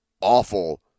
awful